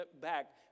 back